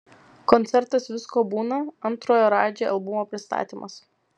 koncertas visko būna antrojo radži albumo pristatymas